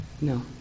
No